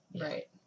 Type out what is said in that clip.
Right